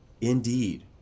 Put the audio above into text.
Indeed